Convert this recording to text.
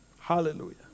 Hallelujah